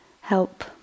help